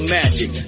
magic